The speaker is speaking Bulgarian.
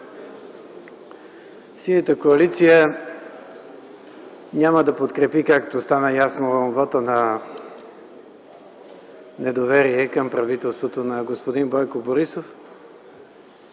Синята коалиция няма да подкрепи, както стана ясно, вота на недоверие към правителството на господин Бойко Борисов,